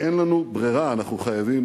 שאין לנו ברירה, אנחנו חייבים.